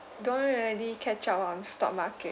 don't really catch up on stock market